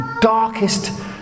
darkest